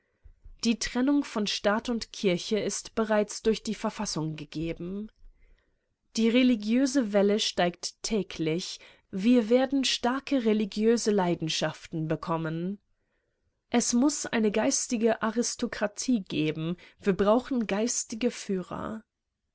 die trennung von staat und kirche ist bereits durch die verfassung gegeben die religiöse welle steigt täglich wir werden starke religiöse leidenschaften bekommen es muß eine geistige aristokratie geben wir brauchen geistige führer